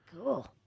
Cool